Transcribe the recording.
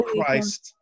Christ